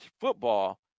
football